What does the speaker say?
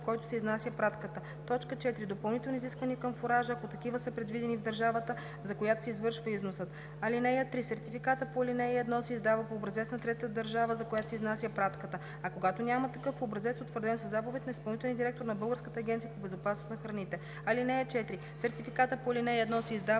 който се изнася пратката; 4. допълнителни изисквания към фуража, ако такива са предвидени в държавата, за която се извършва износът. (3) Сертификатът по ал. 1 се издава по образец на третата държава, за която се изнася пратката, а когато няма такъв - по образец, утвърден със заповед на изпълнителния директор на Българската агенция по безопасност на храните. (4) Сертификатът по ал. 1 се издава